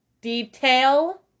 detail